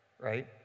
right